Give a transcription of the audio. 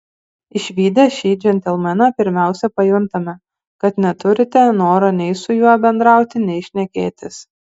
išvydę šį džentelmeną pirmiausia pajuntate kad neturite noro nei su juo bendrauti nei šnekėtis